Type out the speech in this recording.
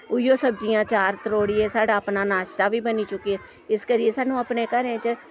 उ'ऐ सब्जियां चार त्रोड़ियै साढ़ा अपना नाश्ता बी बनी चुके इस करियै सानूं अपने घरें च